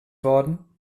worden